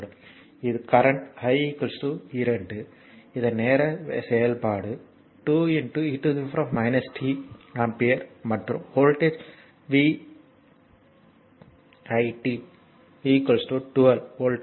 இது current i 2 இதன் நேர செயல்பாடு 2 e t ஆம்பியர் மற்றும் வோல்ட்டேஜ் V it 12 வோல்ட்